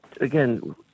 again